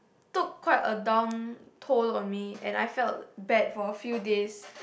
took quite a down toll on me and I felt bad for a few days